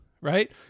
right